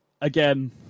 again